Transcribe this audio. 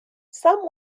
some